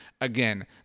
again